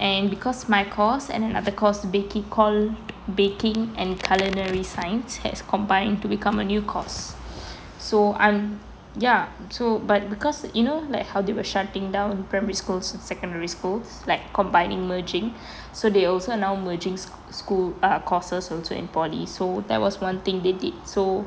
and because my course and another course baking called baking and culinary science has combined to become a new course so I'm ya so but because you know like how they were shutting down primary schools secondary schools like combining merging so they also now merging sch~ school ah courses also in poly so that was one thing they did so